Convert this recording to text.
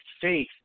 faith